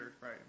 right